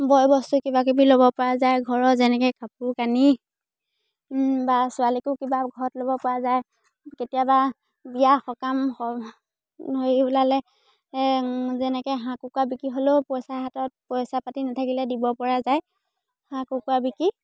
বয় বস্তু কিবাকিবি ল'বপৰা যায় ঘৰৰ যেনেকৈ কাপোৰ কানি বা ছোৱালীকো কিবা ঘৰত ল'বপৰা যায় কেতিয়াবা বিয়া সকাম হয় হেৰি ওলালে যেনেকৈ হাঁহ কুকুৰা বিকি হ'লেও পইচা হাতত পইচা পাতি নাথাকিলে দিবপৰা যায় হাঁহ কুকুৰা বিকি